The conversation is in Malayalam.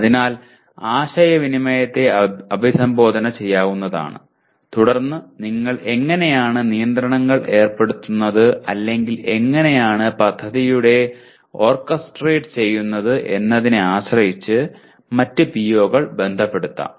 അതിനാൽ ആശയവിനിമയത്തെ അഭിസംബോധന ചെയ്യാവുന്നതാണ് തുടർന്ന് നിങ്ങൾ എങ്ങനെയാണ് നിയന്ത്രണങ്ങൾ ഏർപ്പെടുത്തുന്നത് അല്ലെങ്കിൽ എങ്ങനെയാണ് പദ്ധതിയുടെ ഓർക്കസ്ട്രേറ്റ് ചെയ്യുന്നത് എന്നതിനെ ആശ്രയിച്ച് മറ്റ് PO കൾ ബന്ധപെടുത്താം